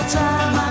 time